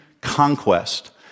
conquest